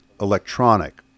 electronic